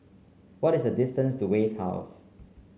what is the distance to Wave House